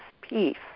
peace